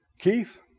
Keith